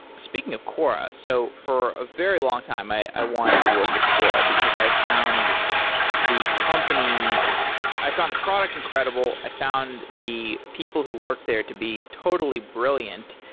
speaking of quora. so for a very long time, i i wanted to work at quora, because i found the company i found the product incredible. i found the people who work there to be totally brilliant.